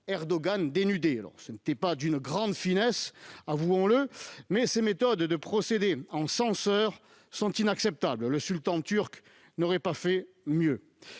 Erdogan dénudé. Certes, ce n'était pas d'une grande finesse, avouons-le, mais ces méthodes de censeurs sont inacceptables. Le sultan turc n'aurait pas fait mieux